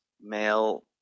male